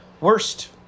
Worst